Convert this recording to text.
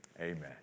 amen